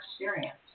experience